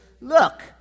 look